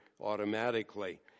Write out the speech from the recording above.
automatically